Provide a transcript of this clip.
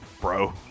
bro